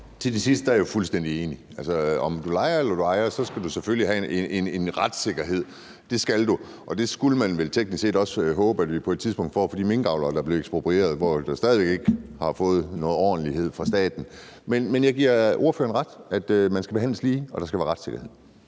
Til det sidste er jeg fuldstændig enig. Om du lejer eller ejer, skal du selvfølgelig have en retssikkerhed, det skal du, og det skulle man vel teknisk set også håbe at vi på et tidspunkt får for de minkavlere, der blev eksproprieret, og som stadig væk ikke har fået noget ordentlighed fra statens side. Men jeg giver ordføreren ret i, at alle skal behandles lige, og at der skal være retssikkerhed.